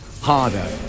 harder